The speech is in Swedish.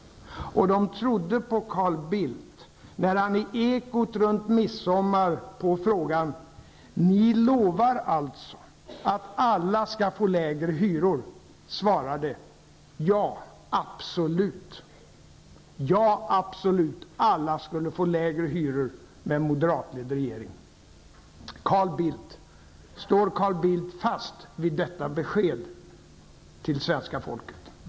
Och de trodde på Carl Bildt, när han i Ekot runt midsommar på frågan ''Ni lovar alltså att alla skall få lägre hyror'', svarade: ''Ja, absolut.'' Ja, absolut, alla skulle få lägre hyror med moderatledd regering. Carl Bild! Står Carl Bildt fast vid detta besked till svenska folket?